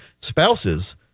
spouses